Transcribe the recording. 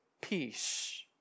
Peace